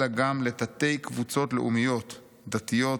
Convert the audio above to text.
אלא גם לתתי-קבוצות לאומיות דתיות,